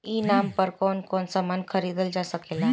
ई नाम पर कौन कौन समान खरीदल जा सकेला?